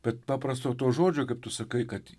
bet paprasto to žodžio kaip tu sakai kad